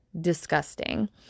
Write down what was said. disgusting